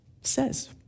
says